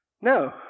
No